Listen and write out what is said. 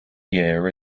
year